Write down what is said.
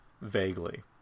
vaguely